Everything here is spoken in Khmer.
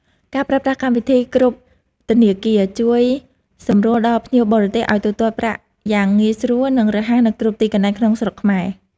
ការប្រើប្រាស់កម្មវិធីគ្រប់ធនាគារជួយសម្រួលដល់ភ្ញៀវបរទេសឱ្យទូទាត់ប្រាក់យ៉ាងងាយស្រួល និង រហ័សនៅគ្រប់ទីកន្លែងក្នុងស្រុកខ្មែរ។